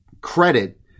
credit